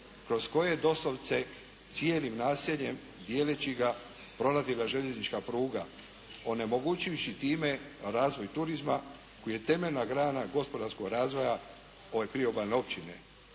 kroz koje doslovce cijelim naseljem dijeleći ga prolazila željeznička pruga onemogućujući time razvoj turizma koji je temeljna grana gospodarskog razvoja ove priobalne općine.